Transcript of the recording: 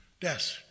Death